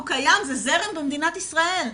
הוא קיים, זה זרם במדינת ישראל,